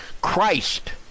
Christ